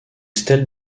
stèles